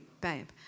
babe